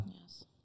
Yes